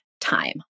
time